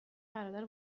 برادر